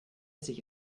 sich